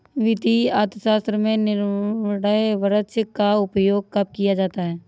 वित्तीय अर्थशास्त्र में निर्णय वृक्ष का उपयोग कब किया जाता है?